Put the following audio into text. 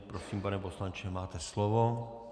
Prosím, pane poslanče, máte slovo.